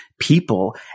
people